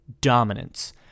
dominance